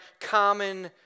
common